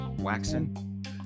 waxing